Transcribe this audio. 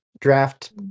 draft